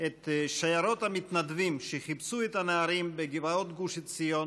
את שיירות המתנדבים שחיפשו את הנערים בגבעות גוש עציון